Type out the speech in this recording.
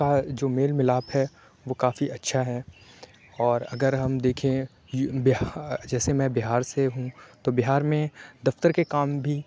کا جو میل ملاپ ہے وہ کافی اچھا ہے اور اگر ہم دیکھیں بِہار جیسے میں بِہار سے ہوں تو بِہار میں دفتر کے کام بھی